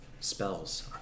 Spells